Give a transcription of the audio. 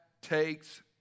takes